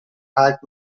heart